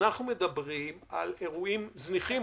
אנחנו מדברים על אירועים זניחים,